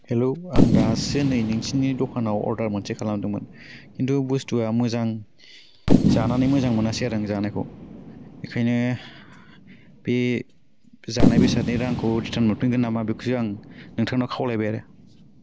hello आं दासो नै नोंसिनि दखानाव अर्डार मोनसे खालामदोंमोन खिन्थु बुस्थुवा मोजां जानानै मोजां मोनासै आरो आं जानायखौ बेखायनो बे जानाय बेसादनि रांखौ रिटार्न मोनफिनगोन नामा बेखौसो आं नोंथांनाव खावलायबाय आरो